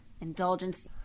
indulgence